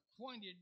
acquainted